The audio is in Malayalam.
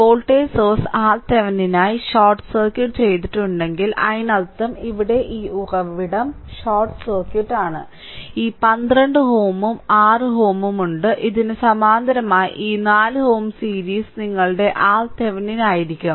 വോൾട്ടേജ് സോഴ്സ് RThevenin നായി ഷോർട്ട് സർക്യൂട്ട് ചെയ്തിട്ടുണ്ടെങ്കിൽ അതിനർത്ഥം ഇവിടെ ഈ ഉറവിടം ഷോർട്ട് സർക്യൂട്ട് ആണ് ഈ 12 Ω ഉം 6 Ω ഉം ഉണ്ട് ഇതിന് സമാന്തരമായി ഈ 4 Ω സീരീസ് നിങ്ങളുടെ RThevenin ആയിരിക്കും